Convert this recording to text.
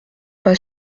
pas